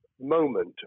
moment